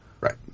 Right